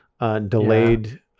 Delayed